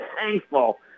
thankful